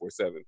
24-7